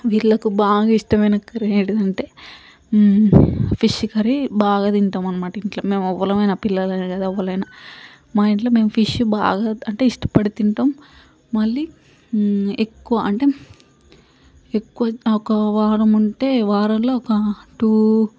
వీళ్ళకు బాగా ఇష్టమైన కర్రీ ఏంటిది అంటే ఫిష్ కర్రీ బాగా తింటాం అనమాట ఇంక మేమెవల్లమైనా పిల్లలనేకాదు ఎవరైనా మా ఇంట్లో మేము ఫిష్ బాగా అంటే ఇష్టపడి తింటాం మళ్ళీ ఎక్కువ అంటే ఎక్కువ ఒక వారం ఉంటే వారంలో ఒక టూ